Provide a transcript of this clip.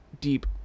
deep